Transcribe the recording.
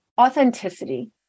authenticity